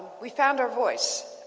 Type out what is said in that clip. we found our voice.